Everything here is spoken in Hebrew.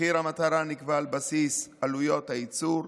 מחיר המטרה נקבע על בסיס עלויות הייצור,